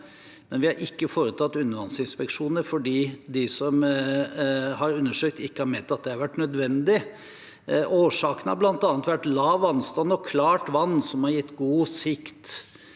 men at de ikke har foretatt undervannsinspeksjoner, fordi de som har undersøkt dem, har ment at det ikke har vært nødvendig. Årsaken har bl.a. vært lav vannstand og klart vann som har gitt god sikt.